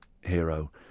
hero